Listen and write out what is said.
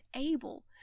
able